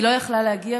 היא לא יכלה להגיע,